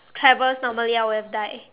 travels normally I would have died